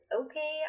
Okay